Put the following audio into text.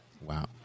Wow